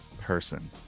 person